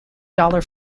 dollar